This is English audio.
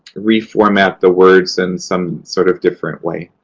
re-format the words in some sort of different way.